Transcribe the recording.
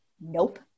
Nope